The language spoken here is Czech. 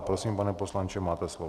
Prosím, pane poslanče, máte slovo.